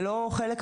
למה?